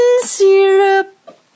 syrup